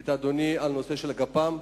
על נושא הגפ"מ.